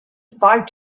five